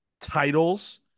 titles